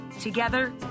Together